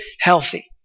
healthy